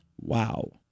Wow